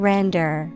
Render